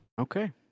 Okay